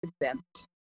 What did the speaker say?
exempt